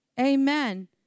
Amen